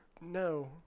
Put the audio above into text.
no